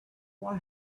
why